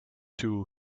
two